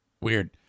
Weird